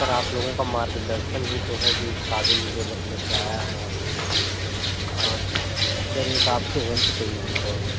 sir आप लोगों का मार्गदर्शन ही तो है जो इस काबिल मुझे बन लेकर आया है और फिर सर एक आपसे हेल्प चाहिए थी सर